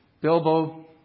Bilbo